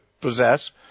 possess